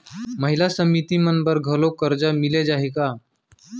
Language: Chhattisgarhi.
महिला समिति मन बर घलो करजा मिले जाही का?